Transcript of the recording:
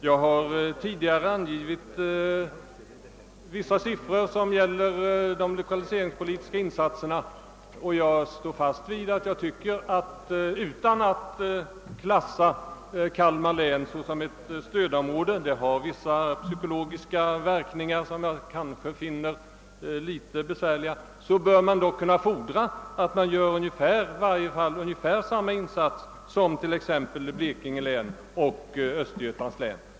Jag har tidigare angivit vissa siffror rörande de lokaliseringspolitiska insatserna i det aktuella området. Jag står fast vid — utan att vilja klassa Kalmar län som ett stödområde, vilket kunde ha vissa besvärliga psykologiska verkningar — att man dock bör kunna fordra att där görs ungefär lika stora insatser som i exempelvis Blekinge län och Östergötlands län.